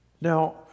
Now